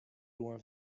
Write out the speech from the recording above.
loin